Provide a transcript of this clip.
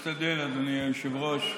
אשתדל, אדוני היושב-ראש.